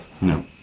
No